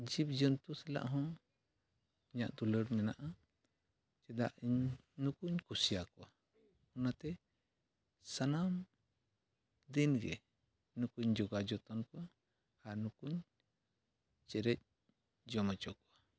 ᱡᱤᱵᱽ ᱡᱚᱢᱛᱩ ᱥᱟᱞᱟᱜ ᱦᱚᱸ ᱤᱧᱟᱹᱜ ᱫᱩᱞᱟᱹᱲ ᱢᱮᱱᱟᱜᱼᱟ ᱪᱮᱫᱟᱜ ᱤᱧ ᱱᱩᱠᱩᱧ ᱠᱩᱥᱤᱭᱟᱠᱚᱣᱟ ᱚᱱᱟᱛᱮ ᱥᱟᱱᱟᱢ ᱫᱤᱱᱜᱮ ᱱᱩᱠᱩᱧ ᱡᱚᱜᱟᱣ ᱡᱚᱛᱚᱱ ᱠᱚᱣᱟ ᱟᱨ ᱱᱩᱠᱩᱧ ᱪᱮᱨᱮᱡᱽ ᱡᱚᱢ ᱦᱚᱪᱚ ᱠᱚᱣᱟ